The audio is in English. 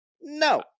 No